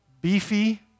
beefy